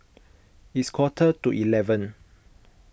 its quarter to eleven